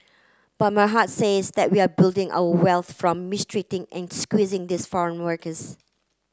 but my heart says that we're building our wealth from mistreating and squeezing these foreign workers